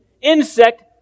insect